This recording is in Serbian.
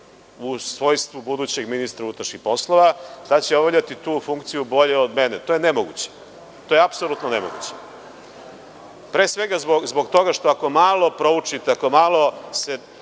u svojstvu budućeg ministra unutrašnjih poslova da će obavljati tu funkciju bolje od mene. To je nemoguće, to je apsolutno nemoguće. Pre svega zbog toga ako malo proučite, ako se